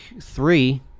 three